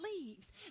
leaves